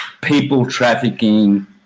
people-trafficking